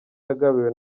yagabiwe